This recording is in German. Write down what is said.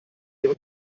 ihre